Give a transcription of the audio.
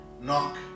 knock